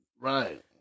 Right